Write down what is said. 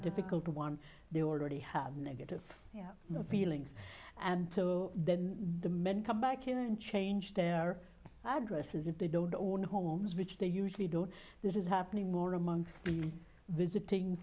difficult one they already have negative feelings and then the men come back here and change their addresses if they don't own homes which they usually don't this is happening more amongst the visiting